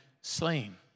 slain